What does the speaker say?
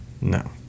no